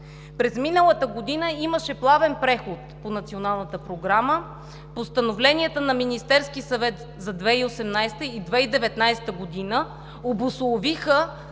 През миналата година имаше плавен преход по Националната програма, постановленията на Министерския съвет за 2018-а и 2019 г. обусловиха